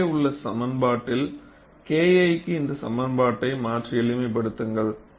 மேலே உள்ள சமன்பாட்டில் Kl க்கு இந்த சமன்பாட்டை மாற்றி எளிமைப்படுத்துங்கள்